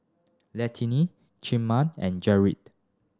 Letitia Casimer and Jered